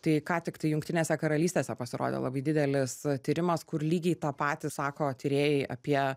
tai ką tiktai jungtinėse karalystėse pasirodė labai didelis tyrimas kur lygiai tą patį sako tyrėjai apie